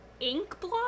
Inkblot